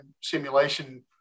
simulation